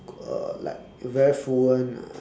uh like very fluent ah